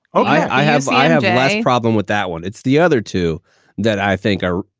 oh, i have i have less problem with that one. it's the other two that i think are.